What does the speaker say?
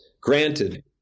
granted